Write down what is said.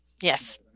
Yes